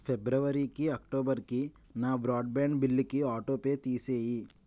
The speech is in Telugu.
ఫిబ్రవరీకి అక్టోబర్కి నా బ్రాడ్బ్యాండ్ బిల్లుకి ఆటోపే తీసేయి